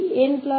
तो यह होगा 𝑛1